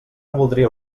voldria